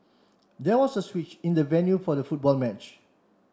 there was a switch in the venue for the football match